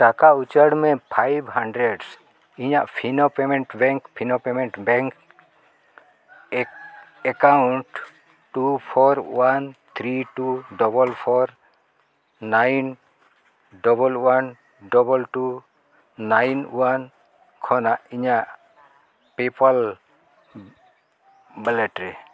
ᱴᱟᱠᱟ ᱩᱪᱟᱹᱲ ᱢᱮ ᱯᱷᱟᱭᱤᱵᱷ ᱦᱟᱱᱰᱨᱮᱰ ᱤᱧᱟᱹᱜ Fino Payments Bank Fino Payments Bank ᱮᱠ account two four one three two double four nine double one double two nine one ᱠᱷᱚᱱᱟᱜ ᱤᱧᱟᱹᱜ PayPal wallet ᱨᱮ